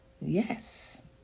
Yes